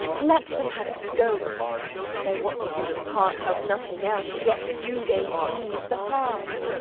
let them have scope though what they do impart help nothing else, yet do they ease the heart.